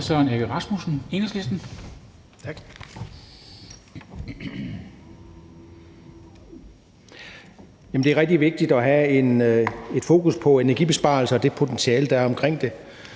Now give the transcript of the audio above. Det er rigtig vigtigt at have et fokus på energibesparelser og det potentiale, der er omkring det.